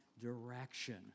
direction